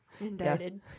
Indicted